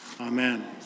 Amen